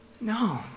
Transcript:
No